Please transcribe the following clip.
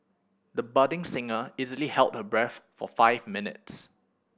the budding singer easily held her breath for five minutes